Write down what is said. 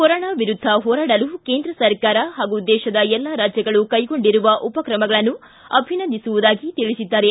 corona ವಿರುದ್ದ ಹೋರಾಡಲು ಕೇಂದ್ರ ಸರ್ಕಾರ ಹಾಗು ದೇಶದ ಎಲ್ಲಾ ರಾಜ್ಯಗಳು ಕ್ಷೆಗೊಂಡಿರುವ ಉಪಕ್ರಮಗಳನ್ನು ಅಭಿನಂದಿಸುವುದಾಗಿ ತಿಳಿಸಿದ್ದಾರೆ